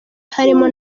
harimo